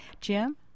Jim